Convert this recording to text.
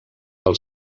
pel